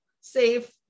safe